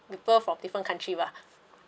people from different country bah